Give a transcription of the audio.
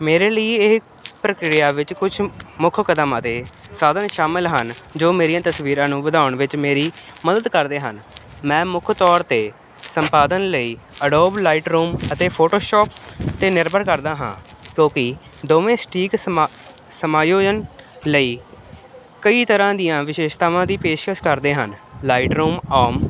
ਮੇਰੇ ਲਈ ਇਹ ਪ੍ਰਕਿਰਿਆ ਵਿੱਚ ਕੁਛ ਮੁੱਖ ਕਦਮ ਅਤੇ ਸਾਧਨ ਸ਼ਾਮਿਲ ਹਨ ਜੋ ਮੇਰੀਆਂ ਤਸਵੀਰਾਂ ਨੂੰ ਵਧਾਉਣ ਵਿੱਚ ਮੇਰੀ ਮਦਦ ਕਰਦੇ ਹਨ ਮੈਂ ਮੁੱਖ ਤੌਰ 'ਤੇ ਸੰਪਾਦਨ ਲਈ ਅਡੋਬ ਲਾਈਟਰੂਮ ਅਤੇ ਫੋਟੋਸ਼ਾਪ 'ਤੇ ਨਿਰਭਰ ਕਰਦਾ ਹਾਂ ਕਿਉਂਕਿ ਦੋਵੇਂ ਸਟੀਕ ਸਮਾ ਸਮਾਯੋਜਨ ਲਈ ਕਈ ਤਰ੍ਹਾਂ ਦੀਆਂ ਵਿਸ਼ੇਸ਼ਤਾਵਾਂ ਦੀ ਪੇਸ਼ਕਸ ਕਰਦੇ ਹਨ ਲਾਈਟ ਰੂਮ ਓਮ